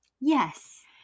Yes